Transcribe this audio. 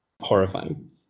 Horrifying